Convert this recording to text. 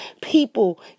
people